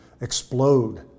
explode